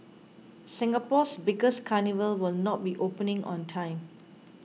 Singapore's biggest carnival will not be opening on time